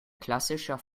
klassischer